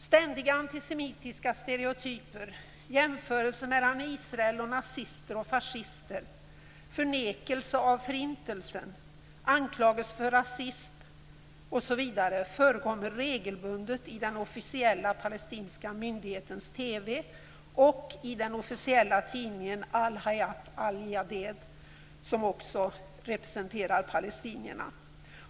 Ständiga antisemitiska stereotyper, jämförelser mellan Israel och nazister och fascister, förnekelse av förintelsen, anklagelser för rasism osv. förekommer regelbundet i den officiella palestinska myndighetens TV och den officiella tidningen Al-Hayat Al-Jadeed som också representerar palestinierna.